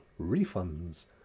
refunds